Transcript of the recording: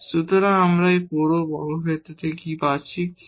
সুতরাং আমরা এই পুরো বর্গক্ষেত্র থেকে কী পাচ্ছি k24